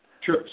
Sure